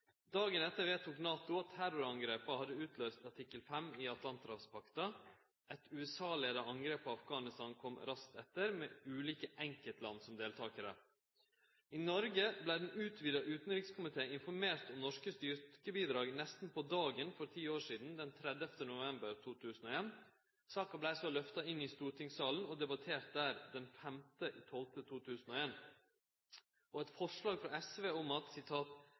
Dagen etter vedtok NATO at terrorangrepet hadde utløyst artikkel 5 i Atlanterhavspakta. Eit USA-leia angrep på Afghanistan kom raskt etter, med ulike enkeltland som deltakarar. I Noreg vart den utvida utanrikskomiteen informert om norske styrkebidrag nesten på dagen for ti år sidan, den 30. november 2001. Saka vart så lyfta inn i stortingssalen og debattert der den 5. desember 2001. Eit forslag frå SV om at